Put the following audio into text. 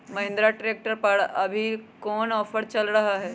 Mahindra tractor पर अभी कोन ऑफर चल रहा है?